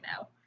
now